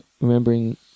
remembering